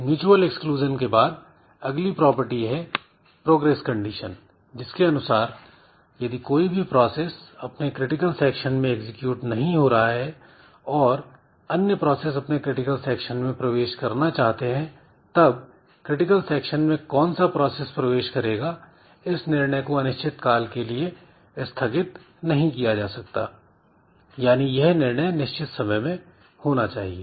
mutual exclusion के बाद अगली प्रॉपर्टी है प्रोग्रेस कंडीशन जिसके अनुसार यदि कोई भी प्रोसेस अपने क्रिटिकल सेक्शन में एग्जीक्यूट नहीं हो रहा है और अन्य प्रोसेस अपने क्रिटिकल सेक्शन में प्रवेश करना चाहते हैं तब क्रिटिकल सेक्शन में कौन सा प्रोसेस प्रवेश करेगा इस निर्णय को अनिश्चित काल के लिए स्थगित नहीं किया जा सकता यानी यह निर्णय निश्चित समय में होना चाहिए